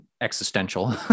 existential